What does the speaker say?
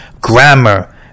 grammar